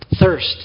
thirst